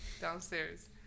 downstairs